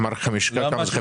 כלומר 15 חודשים?